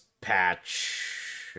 patch